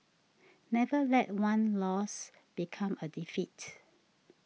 never let one loss become a defeat